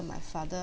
my father